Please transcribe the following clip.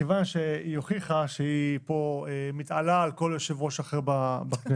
מכיוון שהיא הוכיחה פה שהיא מתעלה על כל יושב ראש ועדה אחר בכנסת.